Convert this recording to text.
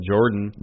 Jordan